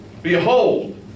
Behold